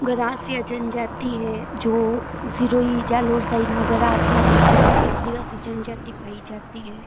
गरासिया जनजाति है जो सिरोही जालोर साइड में गरासिया लोगों की है आदिवासी जनजाति पाई जाती है